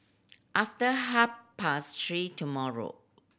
after half past three tomorrow